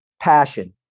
passion